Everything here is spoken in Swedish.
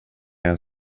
jag